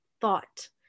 thought